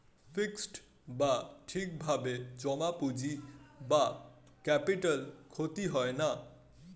fixed বা ঠিক ভাবে জমা পুঁজি বা ক্যাপিটাল ক্ষতি হয় না